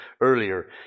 earlier